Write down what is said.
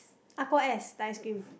Aqua S the ice cream